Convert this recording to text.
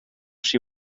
she